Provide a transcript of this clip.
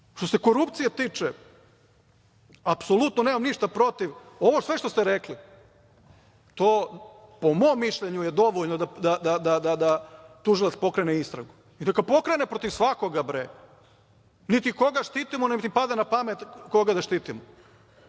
tim. Što se korupcije tiče, apsolutno nemam ništa protiv, ovo sve što ste rekli, to po mom mišljenju je dovoljno da tužilac pokrene istragu. Neka pokrene protiv svakoga bre, niti koga štitimo niti nam pada na pamet da ikoga štitimo.